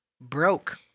broke